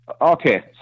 Okay